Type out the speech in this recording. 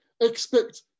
Expect